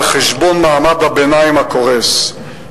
על חשבון מעמד הביניים הקורס.